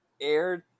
aired